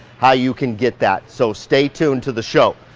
how you can get that. so stay tuned to the show,